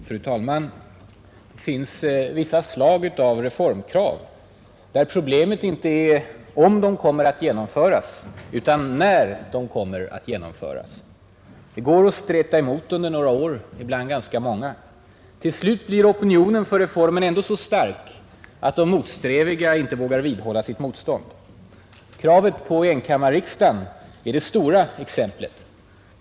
Fru talman! Det finns vissa slag av reformkrav, där problemet inte är om de kommer att genomföras, utan när de kommer att genomföras. Det går att streta emot under några år, ibland ganska många. Till slut blir opinionen för reformen så stark att de motsträviga inte vågar vidhålla sitt motstånd. Kravet på enkammarriksdag är det stora exemplet.